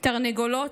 // תרנגולות,